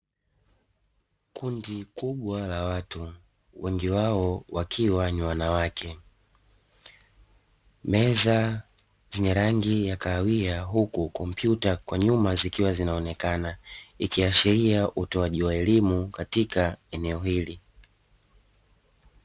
Kundi kubwa la watu wengi wao wakiwa ni wanawake. Meza zenye rangi ya kahawia huku kompyuta kwa nyuma zikiwa zinaonekana, ikiashiria utoaji wa elimu katika eneo hili.